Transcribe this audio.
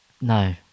No